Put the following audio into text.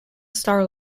star